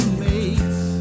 mates